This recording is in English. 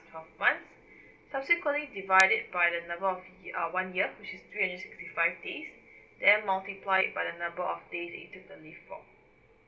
twelve months subsequently divide it by the number of the uh one year which is three hundred sixty five days then multiply it by the number of days that you took the leave block